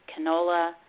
canola